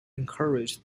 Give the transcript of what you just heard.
encouraged